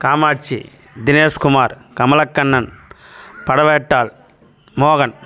காமாட்சி தினேஷ் குமார் கமலக்கண்ணன் பலவேட்டால் மோகன்